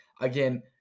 Again